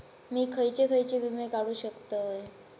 मी खयचे खयचे विमे काढू शकतय?